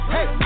Hey